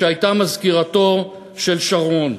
כשהייתה מזכירתו של שרון,